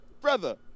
Brother